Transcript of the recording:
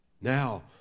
Now